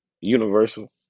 universal